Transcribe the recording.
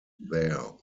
there